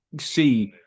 see